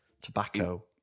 Tobacco